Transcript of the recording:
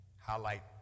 Highlight